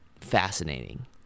fascinating